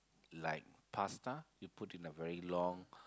like pasta you put in a very long